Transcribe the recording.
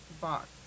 box